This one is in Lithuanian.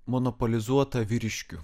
monopolizuota vyriškių